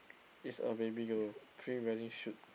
is a baby girl pre-wedding shoot